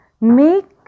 make